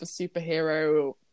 superhero